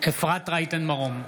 אפרת רייטן מרום,